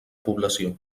població